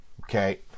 Okay